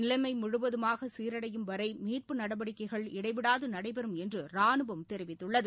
நிலைமை முழுவதுமாக சீரடையும் வரை மீட்பு நடவடிக்கைகள் இடைவிடாது நடைபெறும் என்று ராணுவம் தெரிவித்துள்ளது